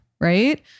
Right